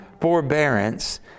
forbearance